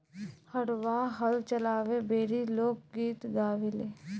हरवाह हल चलावे बेरी लोक गीत गावेले